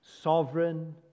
sovereign